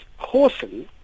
Causing